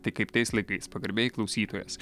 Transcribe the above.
tai kaip tais laikas pagarbiai klausytojas